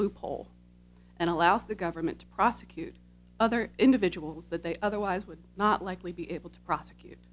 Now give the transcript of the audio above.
loophole and allows the government to prosecute other individuals that they otherwise would not likely be able to prosecute